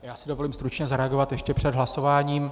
Já si dovolím stručně zareagovat ještě před hlasováním.